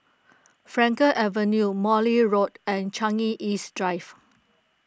Frankel Avenue Morley Road and Changi East Drive